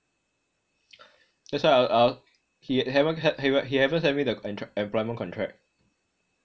that's why I I he haven't h~ he haven't send me the e~ employment contract